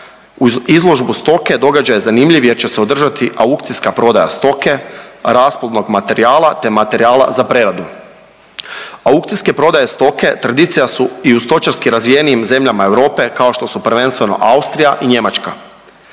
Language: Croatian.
Uz izložbu stoke događaj je zanimljiv jer će se održati aukcijska prodaja stoke, rasplodnog materijala, te materijala za preradu. Aukcijske prodaje stoke tradicija su i u stočarski razvijenim zemljama Europe kao što su prvenstveno Austrija i Njemačka.